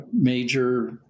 major